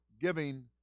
giving